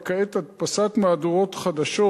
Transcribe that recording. וכעת הדפסת מהדורות חדשות